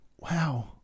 Wow